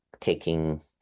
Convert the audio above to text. Taking